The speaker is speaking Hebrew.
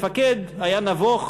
המפקד היה נבוך